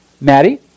Maddie